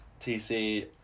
TC